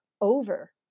over